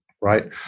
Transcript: right